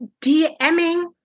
DMing